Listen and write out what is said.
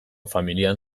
familian